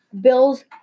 bills